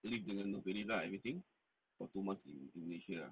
leave dengan no pay leave lah everything for two months in malaysia ah